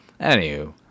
Anywho